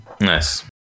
Nice